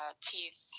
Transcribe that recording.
teeth